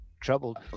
Troubled